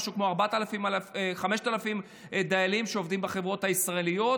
כ-4,000 5,000 דיילים שעובדים בחברות הישראליות,